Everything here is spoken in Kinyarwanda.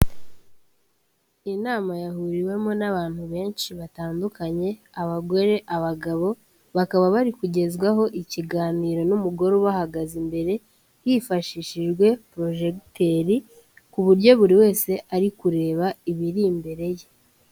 Iyi nama yahuriwemo n'abantu benshi batandukanye, abagore, abagabo, bakaba bari kugezwaho ikiganiro n'umugore ubahagaze imbere, hifashishijwe porojegiteri ku buryo buri wese ari kureba ibiri imbere ye.